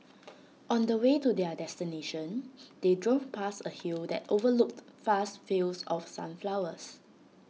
on the way to their destination they drove past A hill that overlooked vast fields of sunflowers